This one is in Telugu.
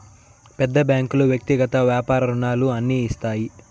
పెద్ద బ్యాంకులు వ్యక్తిగత వ్యాపార రుణాలు అన్ని ఇస్తాయి